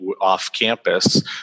off-campus